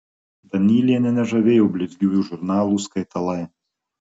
danylienę nežavėjo blizgiųjų žurnalų skaitalai